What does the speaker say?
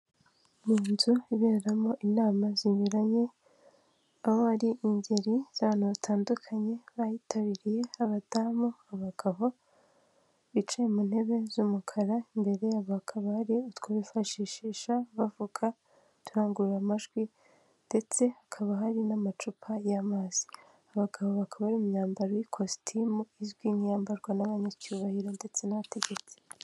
Ni inzu iberamo inama zinyuranye aho ari ingeri z'abantu batandukanye bayitabiriye abadamu, abagabo bicaye mu ntebe z'umukara imbere yaho hakaba hari utwo bifashishisha bavuga turangurura amajwi ndetse hakaba hari n'amacupa y'amazi abagabo bakaba bari mu myambaro y'ikositimu izwi nk'iyambarwa n'abanyacyubahiro ndetse n'abategetsi.